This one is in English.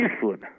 food